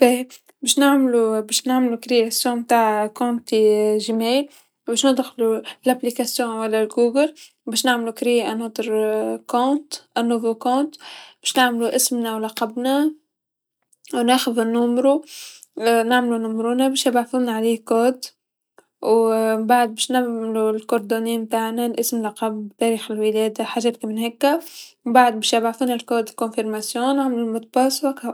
باهي باش نعطبيق على باش نعملو إنشاء حساب تع جيميل واش ندخلو تطبيق على غوغل باش نعملو إنشاء حساب آخر، حساب جديد باش نعملو إسمنا و لقبنا و ناخذو النومرو نعملو نومرونه باش يبعثونا عليه كود و مبعد باش نعملو المعلومات نتاعنا الإسم اللقب تاريخ الميلاد حاجات كيمن هاكا مبعد باش يبعثولنا الكود التأكيد نعمل رقم سري و أكاهو.